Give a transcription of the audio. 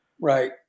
right